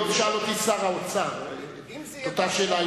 היום שאל אותי שר האוצר את אותה שאלה,